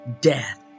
death